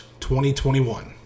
2021